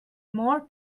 more